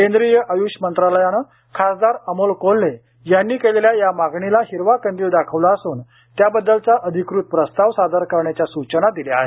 केंद्रीय आयुष मंत्रालयानं खासदार अमोल कोल्हे यांनी केलेल्या या मागणीला हिरवा कंदील दाखवला असून त्याबद्दलचा अधिकृत प्रस्ताव सादर करण्याच्या सूचना दिल्या आहेत